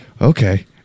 okay